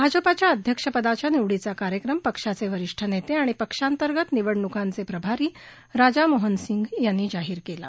भाजपाच्या अध्यक्षपदाच्या निवडीचा कार्यक्रम पक्षाचे वरिष्ठ नेते आणि पक्षांतर्गत निवडणुकांचे प्रभारी राधामोहन सिंग यांनी जाहीर केला